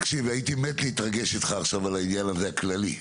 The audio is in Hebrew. הייתי מת להתרגש איתך עכשיו על העניין הזה הכללי.